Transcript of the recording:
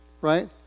Right